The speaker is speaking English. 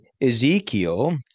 ezekiel